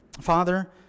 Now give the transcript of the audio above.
Father